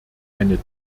eine